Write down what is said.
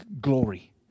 glory